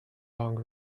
long